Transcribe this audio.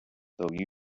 though